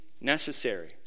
necessary